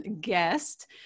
guest